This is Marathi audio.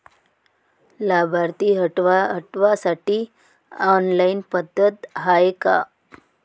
लाभार्थी हटवासाठी ऑनलाईन पद्धत हाय का?